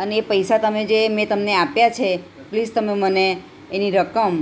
અને એ પૈસા તમે જે મેં તમને આપ્યા છે પ્લીઝ તમે મને એની રકમ